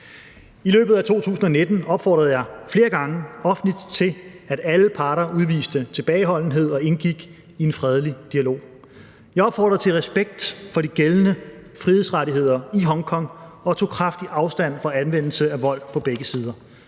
I løbet af 2019 opfordrede jeg flere gange offentligt til, at alle parter udviste tilbageholdenhed og indgik i en fredelig dialog. Jeg opfordrede til respekt for de gældende frihedsrettigheder i Hongkong og tog kraftigt afstand fra anvendelse af vold på begge sider.